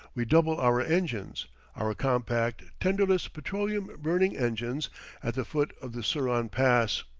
we double our engines our compact, tenderless, petroleum-burning engines at the foot of the suran pass.